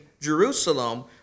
Jerusalem